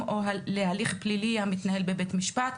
או להליך פלילי המתנהל בבית משפט,